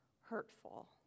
hurtful